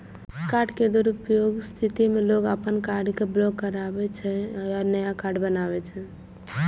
card के दुरुपयोगक स्थिति मे लोग अपन कार्ड कें ब्लॉक कराबै छै आ नया कार्ड बनबावै छै